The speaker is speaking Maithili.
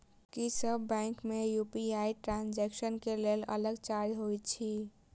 की सब बैंक मे यु.पी.आई ट्रांसजेक्सन केँ लेल अलग चार्ज होइत अछि?